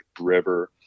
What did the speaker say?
River